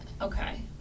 Okay